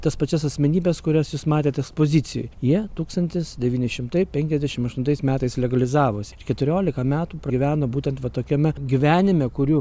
tas pačias asmenybes kurias jūs matėt pozicijoj jie tūkstantis devyni šimtai penkiasdešim aštuntais metais legalizavosi ir keturiolika metų gyveno būtent va tokiame gyvenime kurių